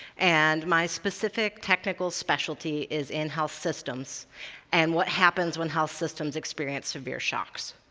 and my specific technical specialty is in health systems and what happens when health systems experience severe shocks.